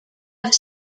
have